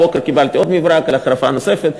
הבוקר קיבלתי עוד מברק על החרפה נוספת.